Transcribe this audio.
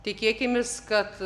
tikėkimės kad